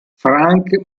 frank